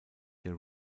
der